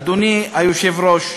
אדוני היושב-ראש,